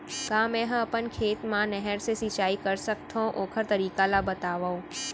का मै ह अपन खेत मा नहर से सिंचाई कर सकथो, ओखर तरीका ला बतावव?